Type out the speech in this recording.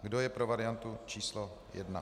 Kdo je pro variantu číslo 1?